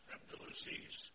Abdulaziz